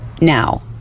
now